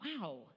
wow